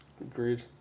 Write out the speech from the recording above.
Agreed